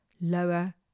lower